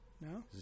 No